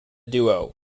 duo